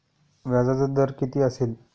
व्याजाचा दर किती असेल?